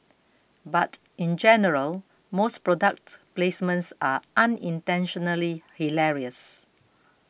but in general most product placements are unintentionally hilarious